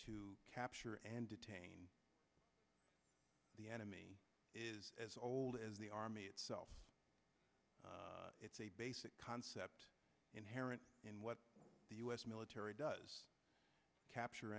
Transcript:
to capture and detain the enemy is as old as the army itself it's a basic concept inherent in what the us military does capture